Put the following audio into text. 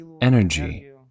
energy